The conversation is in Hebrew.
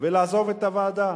ולעזוב את הוועדה.